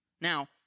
Now